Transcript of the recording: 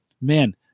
man